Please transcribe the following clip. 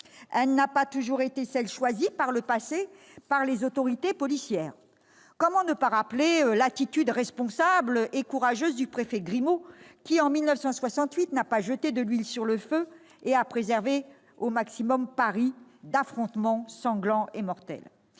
elle n'a pas toujours été celle choisie par les autorités policières : comment ne pas rappeler l'attitude responsable et courageuse du préfet Grimaud, qui, en 1968, n'a pas jeté de l'huile sur le feu et a préservé au maximum Paris d'affrontements sanglants et mortels ?